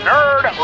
Nerd